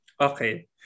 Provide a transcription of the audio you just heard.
Okay